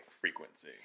frequency